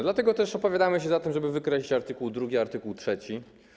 Dlatego też opowiadamy się za tym, żeby wykreślić art. 2 i art. 3.